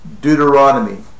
Deuteronomy